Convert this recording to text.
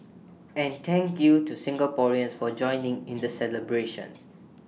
and thank you to Singaporeans for joining in the celebrations